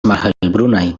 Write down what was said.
malhelbrunaj